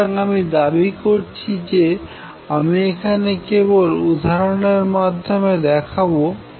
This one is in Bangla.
সুতরাং আমি দাবী করছি যে আমি এখানে কেবল উদাহরণের মাধ্যমে দেখাবো